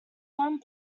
one